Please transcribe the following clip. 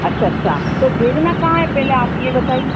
अच्छा अच्छा तो भेजना कहाँ है पहले आप यह बताइए